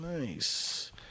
Nice